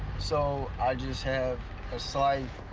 so i just have a slight